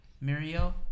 Muriel